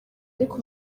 ariko